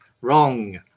Wrong